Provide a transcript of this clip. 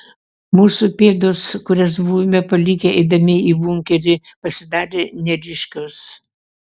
mūsų pėdos kurias buvome palikę eidami į bunkerį pasidarė neryškios